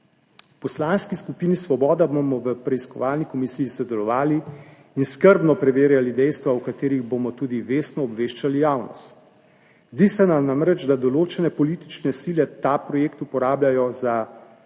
V Poslanski skupini Svoboda bomo v preiskovalni komisiji sodelovali in skrbno preverjali dejstva, o katerih bomo tudi vestno obveščali javnost. Zdi se nam namreč, da določene politične sile ta projekt uporabljajo za